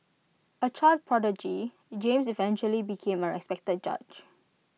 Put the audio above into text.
A child prodigy James eventually became A respected judge